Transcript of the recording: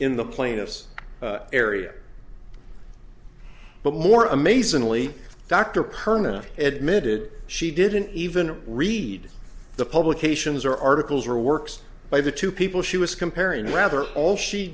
in the plaintiff's area but more amazingly dr purnima admitted she didn't even read the publications or articles or works by the two people she was comparing rather all she